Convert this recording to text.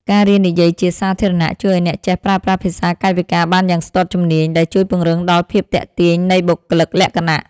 ការរៀននិយាយជាសាធារណៈជួយឱ្យអ្នកចេះប្រើប្រាស់ភាសាកាយវិការបានយ៉ាងស្ទាត់ជំនាញ ដែលជួយពង្រឹងដល់ភាពទាក់ទាញនៃបុគ្គលិកលក្ខណៈ។